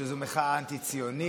שזו מחאה אנטי-ציונית,